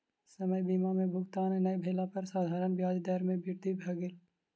समय सीमा में भुगतान नै भेला पर साधारण ब्याज दर में वृद्धि भ गेल